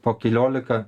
po keliolika